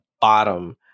bottom